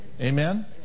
Amen